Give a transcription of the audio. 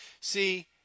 See